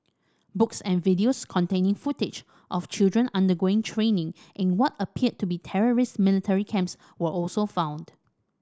books and videos containing footage of children undergoing training in what appeared to be terrorist military camps were also found